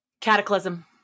Cataclysm